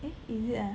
eh is it ah